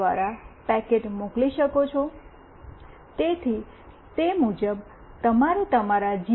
દ્વારા પેકેટ મોકલી શકો છો તેથી તે મુજબ તમારે તમારા જી